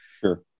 Sure